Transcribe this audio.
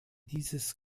dieses